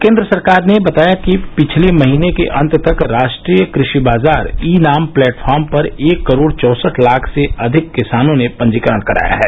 केन्द्र सरकार ने बताया कि पिछले महीने के अंत तक राष्ट्रीय कृषि बाजार ई नाम प्लैटफार्म पर एक करोड़ चौसठ लाख से अधिक किसानों ने पंजीकरण कराया है